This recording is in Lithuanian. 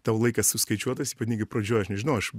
tau laikas suskaičiuotas ypatingai pradžioj aš nežinau aš